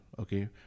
okay